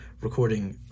recording